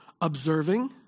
observing